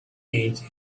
age